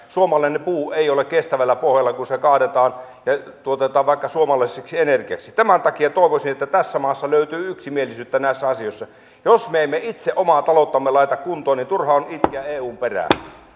suomalainen puu ei ole kestävällä pohjalla kun se kaadetaan ja tuotetaan vaikka suomalaiseksi energiaksi tämän takia toivoisin että tästä maasta löytyy yksimielisyyttä näissä asioissa jos me emme itse omaa talouttamme laita kuntoon niin turha on itkeä eun perään